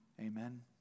amen